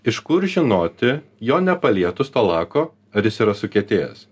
iš kur žinoti jo nepalietus to lako ar jis yra sukietėjęs